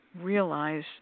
realize